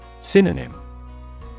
Synonym